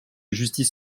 justice